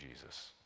Jesus